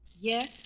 Yes